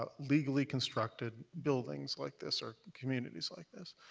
ah legally constructed buildings like this or communities like this.